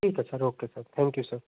ठीक है sir okay sir thank you sir